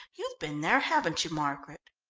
you've been there, haven't you, margaret?